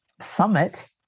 Summit